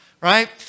right